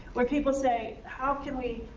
where people say, how can we